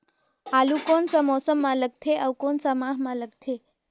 आलू कोन सा मौसम मां लगथे अउ कोन सा माह मां लगथे?